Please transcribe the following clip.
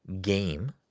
game